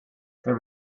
there